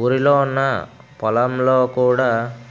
ఊరిలొ ఉన్న పొలంలో కూడా